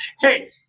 hey